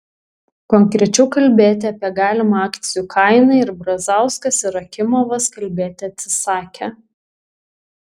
konkrečiau kalbėti apie galimą akcijų kainą ir brazauskas ir akimovas kalbėti atsisakė